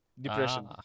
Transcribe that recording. depression